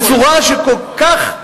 בצורה שכל כך,